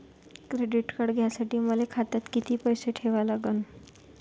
Credit card घ्यासाठी मले खात्यात किती पैसे ठेवा लागन?